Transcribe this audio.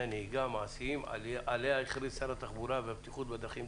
הנהיגה המעשיים עליהם הכריז שר התחבורה הקודם,